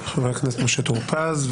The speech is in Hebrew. חבר הכנסת משה טור פז,